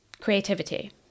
creativity